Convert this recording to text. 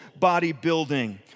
bodybuilding